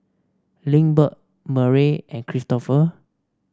Lindbergh Murray and Kristopher